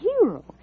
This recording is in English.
hero